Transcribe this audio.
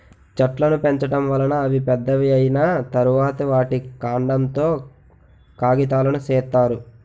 చెట్లును పెంచడం వలన అవి పెద్దవి అయ్యిన తరువాత, వాటి కాండం తో కాగితాలును సేత్తారు